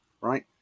right